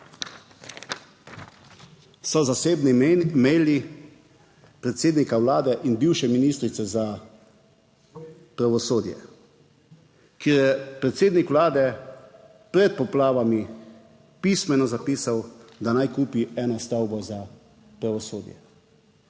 so zasebni maili predsednika Vlade in bivše ministrice za pravosodje, kjer je predsednik Vlade pred poplavami pismeno zapisal, da naj kupi eno stavbo za pravosodje.